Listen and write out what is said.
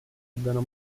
abbiano